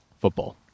football